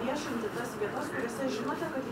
viešinti tas vietas kuriose žinote kad